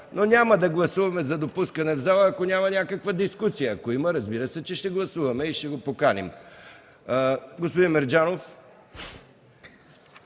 но няма да гласуваме за допускането му в залата, ако няма някаква дискусия. Ако има, разбира се, че ще гласуваме и ще го поканим. Господин Мерджанов,